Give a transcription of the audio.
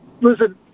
listen